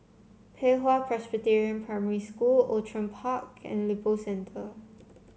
Pei Hwa Presbyterian Primary School Outram Park and Lippo Centre